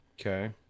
Okay